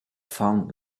found